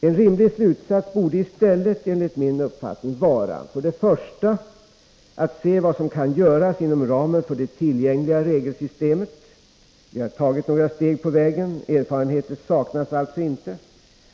En rimlig slutsats borde enligt min uppfattning i stället vara att för det första se vad som kan göras inom ramen för det tillgängliga regelsystemet. Vi har tagit några steg på vägen. Erfarenheter saknas alltså inte.